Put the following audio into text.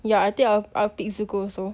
ya I think I'll I'll pick Zuko also